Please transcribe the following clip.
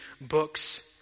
books